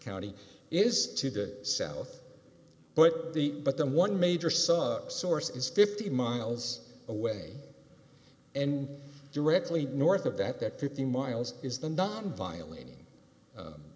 county is to the south but the but then one major sub source is fifty miles away and directly north of that that fifty miles is the not viol